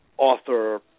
author